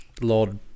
Lord